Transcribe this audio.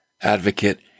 advocate